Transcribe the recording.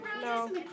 No